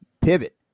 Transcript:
Pivot